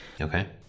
Okay